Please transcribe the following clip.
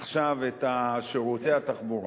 עכשיו את שירותי התחבורה,